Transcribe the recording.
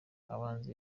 abanzi